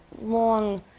long